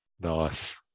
Nice